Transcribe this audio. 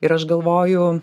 ir aš galvoju